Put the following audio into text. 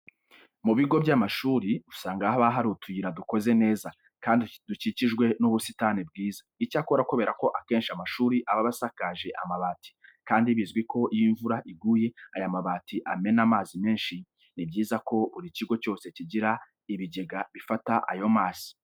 Mu bigo by'amashuri usanga haba hari utuyira dukoze neza, kandi dukikijwe n'ubusitani bwiza. Icyakora kubera ko akenshi amashuri aba asakaje amabati kandi bizwi ko iyo imvura iguye aya mabati amena amazi menshi, ni byiza ko buri kigo cyose kigira ibigega bifata ayo mazi.